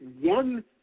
one